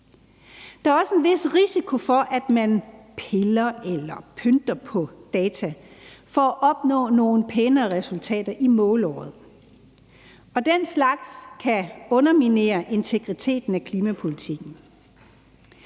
Der er også en vis risiko for, at man piller ved eller pynter på data for at opnå nogle bedre resultater i målåret, og den slags kan underminere integriteten af klimapolitikken.